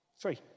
three